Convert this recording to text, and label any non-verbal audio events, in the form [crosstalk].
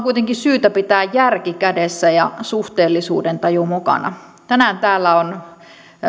[unintelligible] kuitenkin syytä pitää järki kädessä ja suhteellisuudentaju mukana tänään täällä on